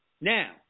Now